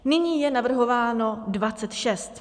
Nyní je navrhováno 26.